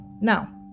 Now